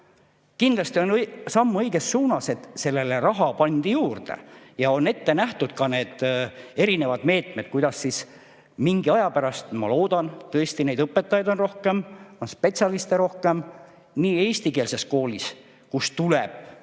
Kindlasti on samm õiges suunas, et raha pandi juurde ja on ette nähtud ka erinevad meetmed, kuidas mingi aja pärast, ma loodan, tõesti neid õpetajaid on rohkem, on spetsialiste rohkem eestikeelses koolis, kus tuleb